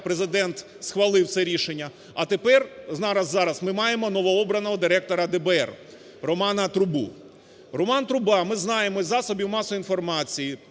Президент схвалив це рішення. А тепер ми зараз маємо новообраного директора ДБР – Романа Трубу. Роман Труба, ми знаємо із засобів масової інформації,